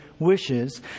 wishes